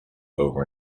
over